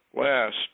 last